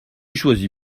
choisis